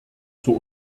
zur